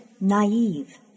naive